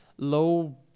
low